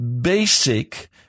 basic